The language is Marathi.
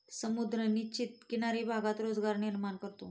समुद्र निश्चित किनारी भागात रोजगार निर्माण करतो